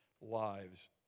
lives